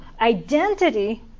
identity